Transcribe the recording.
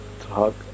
talk